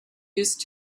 used